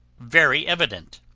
very evident,